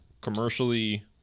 commercially